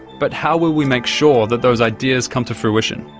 but how will we make sure that those ideas come to fruition?